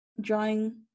drawing